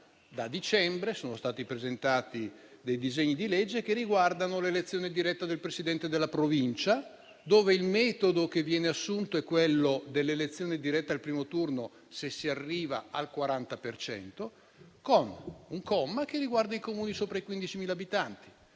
Commissione sono stati presentati dei disegni di legge che riguardano l'elezione diretta del Presidente della Provincia, dove il metodo che viene assunto è quello dell'elezione diretta al primo turno se si arriva al 40 per cento, con un comma che riguarda i Comuni sopra i 15.000 abitanti,